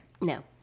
No